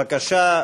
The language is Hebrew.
בבקשה.